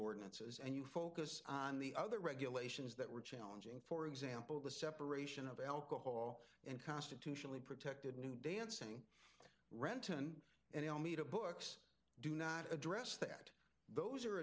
ordinances and you focus on the other regulations that were challenging for example the separation of alcohol and constitutionally protected new dancing renton and all meta books do not address that those are